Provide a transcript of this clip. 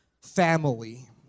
family